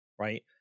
right